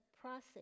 process